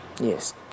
Yes